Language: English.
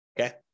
Okay